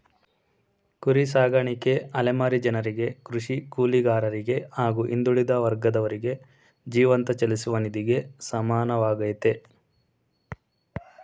ಕುರಿ ಸಾಕಾಣಿಕೆ ಅಲೆಮಾರಿ ಜನರಿಗೆ ಕೃಷಿ ಕೂಲಿಗಾರರಿಗೆ ಹಾಗೂ ಹಿಂದುಳಿದ ವರ್ಗದವರಿಗೆ ಜೀವಂತ ಚಲಿಸುವ ನಿಧಿಗೆ ಸಮಾನವಾಗಯ್ತೆ